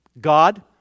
God